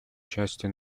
части